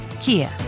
Kia